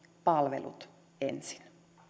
palvelut ensin